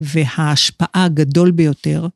וההשפעה הגדול ביותר.